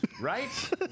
Right